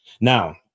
Now